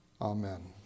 Amen